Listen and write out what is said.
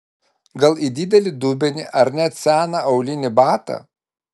gal į didelį dubenį ar net seną aulinį batą